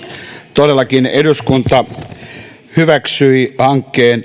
todellakin eduskunta hyväksyi hankkeen